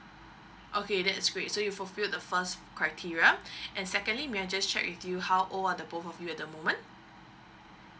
okay that's great so you fulfilled the first criteria and secondly may I just check with you how old are the both of you at the moment